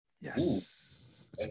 Yes